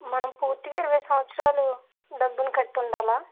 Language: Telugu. మనం పూర్తిగా ఇరవై సంవత్సరాలు డబ్బులు కడుతూ ఉండాలా